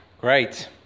Great